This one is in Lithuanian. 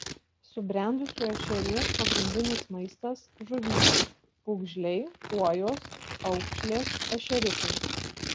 subrendusių ešerių pagrindinis maistas žuvytės pūgžliai kuojos aukšlės ešeriukai